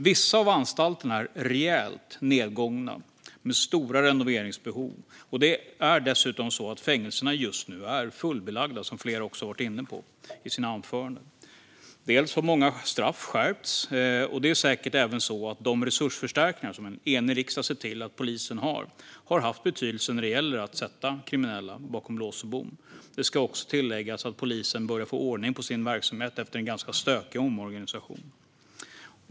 Vissa av anstalterna är rejält nedgångna med stora renoveringsbehov, och dessutom är fängelserna just nu fullbelagda, som flera har varit inne på i sina anföranden. Många straff har skärpts, och säkert har även de resursförstärkningar som en enig riksdag har sett till att polisen fått haft betydelse när det gäller att sätta kriminella bakom lås och bom. Det ska också tillläggas att polisen börjar få ordning på sin verksamhet efter en ganska stökig omorganisation.